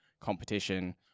competition